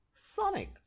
sonic